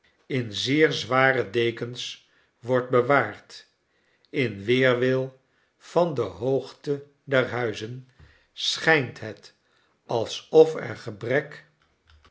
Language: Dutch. in zeer ware dekens wordt bewaard in weerwil van de hoogte der huizen schijnt het alsof er gebrek